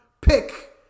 pick